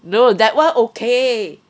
no that [one] okay